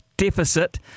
deficit